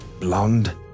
Blonde